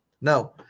Now